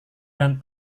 dan